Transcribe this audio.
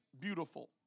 beautiful